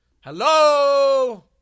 Hello